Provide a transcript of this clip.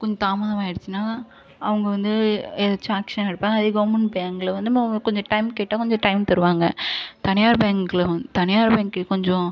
கொஞ்சம் தாமதமாக ஆயிடுச்சுனால் அவங்க வந்து ஏதாச்சும் ஆக்ஷன் எடுப்பாங்க அதே கவர்மெண்ட் பேங்கில் வந்து நம்ம கொஞ்சம் டைம் கேட்டா டைம் தருவாங்க தனியார் பேங்கில் வந் தனியார் பேங்க் கொஞ்சோம்